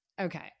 Okay